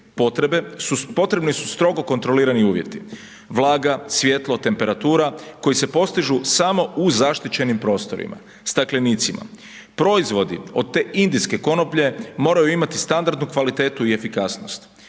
potrebni su strogo kontrolirali uvjeti, vlaga, svjetlo, temperatura, koji se postižu samo u zaštićenim prostorima, staklenicima. Proizvodi od te indijske konoplje moraju imati standardnu kvaliteti i efikasnost.